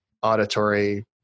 auditory